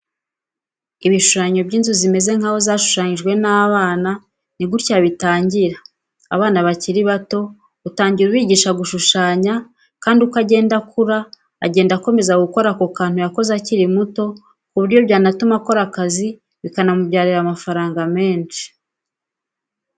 Ibishushanyo by'inzu zimeze nkaho zashushanyijwe n'abana. Ni gutya bitangira, abana bakiri bato utangira ubigisha gushushanya, kandi uko agenda akura agenda akomeza gukora ako kantu yakoze akiri muto ku buryo byanatuma akora akazi bikanamubyarira amafaranga menshi.